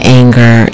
anger